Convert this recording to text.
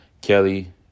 Kelly